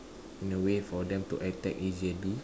in a way for them to attack easily